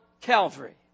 Calvary